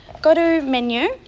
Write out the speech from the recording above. go to menu,